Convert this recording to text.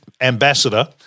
ambassador